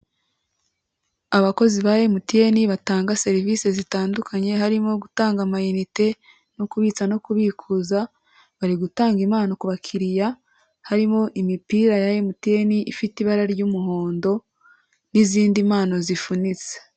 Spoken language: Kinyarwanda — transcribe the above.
Abakozi ba MTN batanga serivisi zitandukanye, harimo gutanga amayinite no kubitsa no kubikuza, bari gutanga impano ku bakiriya, harimo imipira ya MTN ifite ibara ry'umuhondo n'izindi mpano zifunitse.